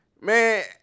Man